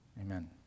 Amen